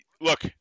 Look